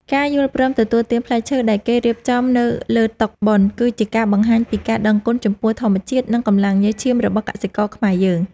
ការយល់ព្រមទទួលទានផ្លែឈើដែលគេរៀបចំនៅលើតុបុណ្យ គឺជាការបង្ហាញពីការដឹងគុណចំពោះធម្មជាតិ និងកម្លាំងញើសឈាមរបស់កសិករខ្មែរយើង។